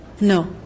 No